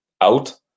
out